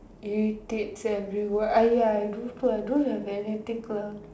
irritates everyone !aiya! I do I don't have anything all